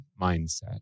mindset